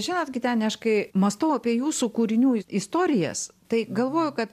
žinot giteni aš kai mąstau apie jūsų kūrinių istorijas tai galvoju kad